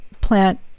plant